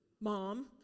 Mom